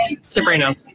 Sabrina